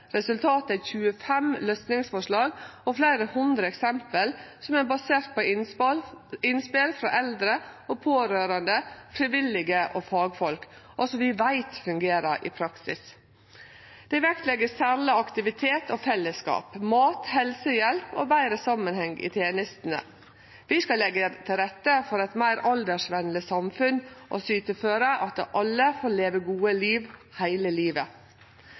Resultatet er 25 løysingsforslag og fleire hundre eksempel som er baserte på innspel frå eldre og pårørande, frivillige og fagfolk, og som vi veit fungerer i praksis. Dei legg særleg vekt på aktivitet og fellesskap, mat, helsehjelp og betre samanheng i tenestene. Vi skal leggje til rette for eit meir aldersvenleg samfunn og syte for at alle får leve eit godt liv – heile livet.